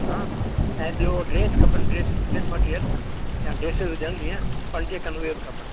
हां ऐं ॿियो ड्रैस खपनि ड्रैस ड्रैस मटीरियल या ड्रैसिस हुजनि जीअं पंजटीह खन उहे बि खपनि